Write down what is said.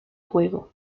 juego